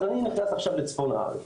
אז אני אגע עכשיו בצפון הארץ,